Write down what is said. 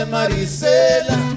Marisela